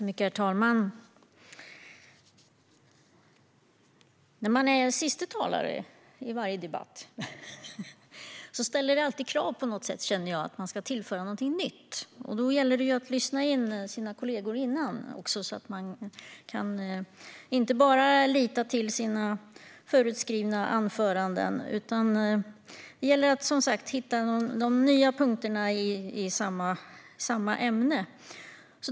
Herr talman! När man är sista talare i en debatt ställer det på något sätt krav på att man ska tillföra något nytt. Då gäller det att lyssna in sina kollegor innan och inte bara lita till sitt på förhand skrivna anförande. Det gäller att hitta de nya punkterna i det aktuella ämnet.